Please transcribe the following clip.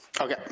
Okay